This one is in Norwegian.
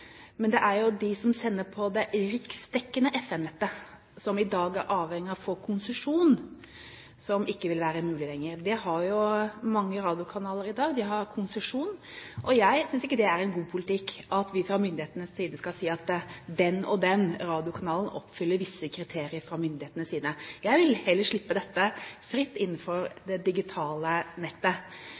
Men det er jo de som sender på det riksdekkende FM-nettet, som i dag er avhengig av å få konsesjon, som ikke vil ha mulighet lenger. Det har jo mange radiokanaler i dag – de har konsesjon. Jeg synes ikke det er en god politikk at vi fra myndighetenes side skal si at den og den radiokanalen oppfyller visse kriterier. Jeg vil heller slippe dette fritt innenfor det digitale nettet.